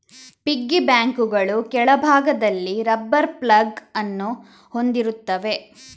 piggy ಬ್ಯಾಂಕುಗಳು ಕೆಳಭಾಗದಲ್ಲಿ rubber plug ಅನ್ನು ಹೊಂದಿರುತ್ತವೆ